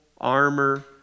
armor